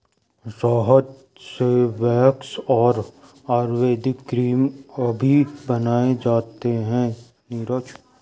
शहद से वैक्स और आयुर्वेदिक क्रीम अभी बनाए जाते हैं नीरज